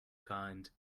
kind